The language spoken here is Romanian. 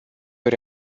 ori